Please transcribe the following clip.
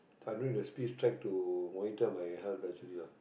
so i don't need the speed track to monitor my health actually lah